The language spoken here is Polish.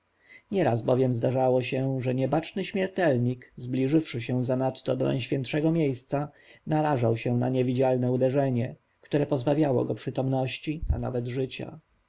nieraz bowiem zdarzało się że niebaczny śmiertelnik zbliżywszy się zanadto do najświętszego miejsca narażał się na niewidzialne uderzenie które pozbawiało go przytomności a nawet życia